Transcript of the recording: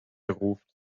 ruft